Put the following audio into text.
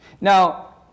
Now